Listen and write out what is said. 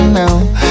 now